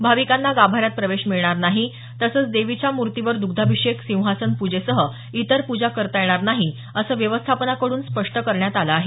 भाविकांना गाभाऱ्यात प्रवेश मिळणार नाही तसंच देवीच्या मूर्तीवर द्ग्धाभिषेक सिंहासन प्जेसह इतर पूजा करता येणार नाहीत असं व्यवस्थापनाकडून स्पष्ट करण्यात आलं आहे